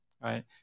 right